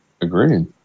Agreed